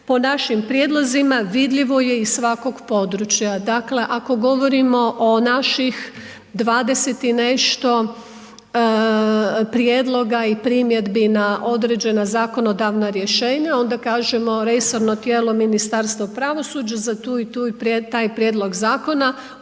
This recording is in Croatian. po našim prijedlozima, vidljivo je iz svakog područja. Dakle ako govorimo o naših 20 prijedloga i primjedbi na određena zakonodavna rješenja, onda kažemo resorno tijela Ministarstva pravosuđa za tu i tu i taj prijedlog zakona usvojilo